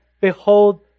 Behold